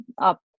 up